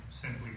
simply